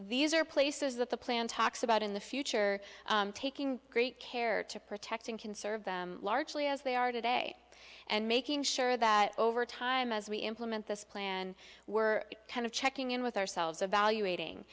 these are places that the plan talks about in the future taking great care to protecting conserve them largely as they are today and making sure that over time as we implement this plan we're kind of checking in with ourselves evaluating